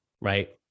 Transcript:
right